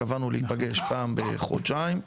קבענו להיפגש פעם בחודשיים,